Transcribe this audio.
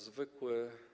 Zwykły.